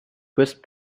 west